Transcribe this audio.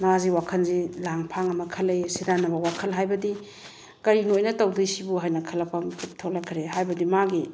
ꯃꯥꯁꯤ ꯋꯥꯈꯜꯁꯤ ꯂꯥꯡ ꯐꯥꯡ ꯑꯃ ꯈꯜꯂꯛꯏ ꯁꯦꯔꯥꯟꯅꯕ ꯋꯥꯈꯜ ꯍꯥꯏꯕꯗꯤ ꯀꯔꯤꯅꯣ ꯑꯩꯅ ꯇꯧꯗꯣꯏꯁꯤꯕꯣ ꯍꯥꯏꯅ ꯈꯜꯂꯛꯄ ꯃꯤꯀꯨꯞ ꯊꯣꯛꯂꯛꯈ꯭ꯔꯦ ꯍꯥꯏꯕꯗꯤ ꯃꯥꯒꯤ